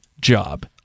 job